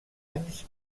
anys